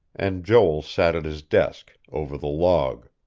and joel sat at his desk, over the log.